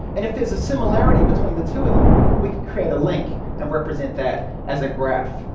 and if there's a similarity between the two of them, we can create a link and represent that as a graph,